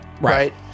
Right